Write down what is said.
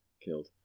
killed